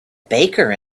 baker